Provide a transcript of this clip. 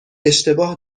اشتباه